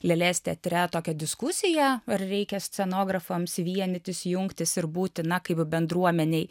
lėlės teatre tokią diskusiją ar reikia scenografams vienytis jungtis ir būti na kaip bendruomenei